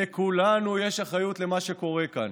לכולנו יש אחריות למה שקורה כאן,